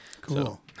Cool